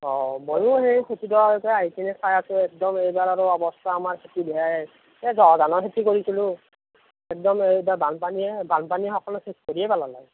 অ ময়ো সেই আহিকেনে চাই আছোঁ একদম এইবাৰ আৰু অৱস্থা আমাৰ বেয়াই এই জহা ধানৰ খেতি কৰিছিলোঁ একদম এইবাৰ বানপানীয়ে সকলো শেষ কৰিয়েই পেলালে